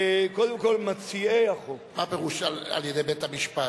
קודם כול מציעי החוק, מה פירוש, על-ידי בית המשפט?